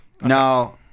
No